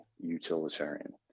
utilitarian